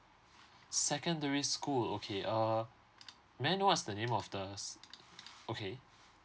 secondary school okay err may I know what's the name of the okay